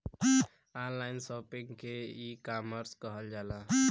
online shopping के ecommerce कहल जाला